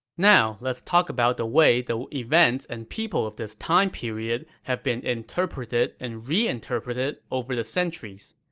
now, let's talk about the way the events and people of this time period have been interpreted and reinterpreted over the centuries.